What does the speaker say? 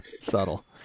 Subtle